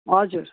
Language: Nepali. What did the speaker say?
हजुर